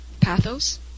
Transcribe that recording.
Pathos